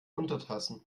untertassen